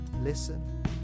listen